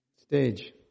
stage